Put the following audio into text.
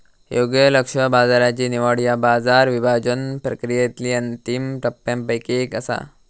योग्य लक्ष्य बाजाराची निवड ह्या बाजार विभाजन प्रक्रियेतली अंतिम टप्प्यांपैकी एक असा